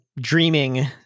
dreaming